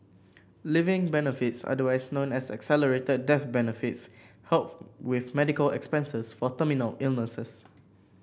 living benefits otherwise known as accelerated death benefits help with medical expenses for terminal illnesses